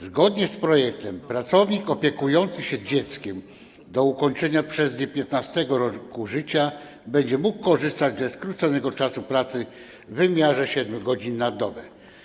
Zgodnie z projektem pracownik opiekujący się dzieckiem do ukończenia przez nie 15. roku życia będzie mógł korzystać ze skróconego czasu pracy w wymiarze 7 godzin na dobę.